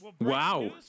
Wow